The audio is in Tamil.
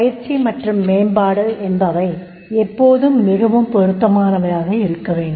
பயிற்சி மற்றும் மேம்பாடு என்பவை எப்போதும் மிகவும் பொருத்தமானவையாக இருக்க வேண்டும்